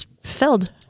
filled